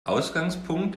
ausgangspunkt